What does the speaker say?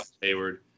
Hayward